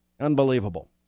Unbelievable